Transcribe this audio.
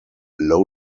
low